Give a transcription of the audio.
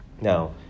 Now